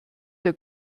der